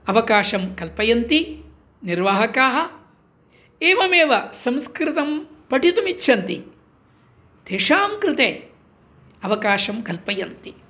अवकाशं कल्पयन्ति निर्वाहकाः एवमेव संस्कृतं पठितुमिच्छन्ति तेषां कृते अवकाशं कल्पयन्ति